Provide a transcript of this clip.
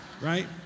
Right